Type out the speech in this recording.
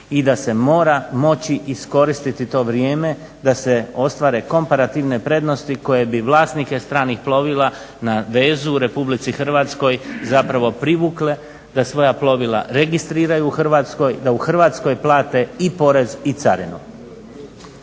i da se mora moći iskoristiti to vrijeme da se ostvare komparativne prednosti koje bi vlasnike stranih plovila na vezu u RH zapravo privukle da svoja plovila registriraju u Hrvatskoj, da u Hrvatskoj plate i porez i carinu.